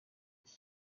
iki